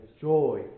joy